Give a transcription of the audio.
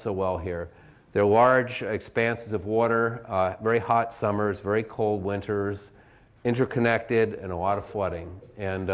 so well here they're wired expanse of water very hot summers very cold winters interconnected and a lot of flooding and